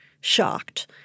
shocked